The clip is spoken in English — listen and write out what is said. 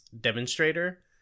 demonstrator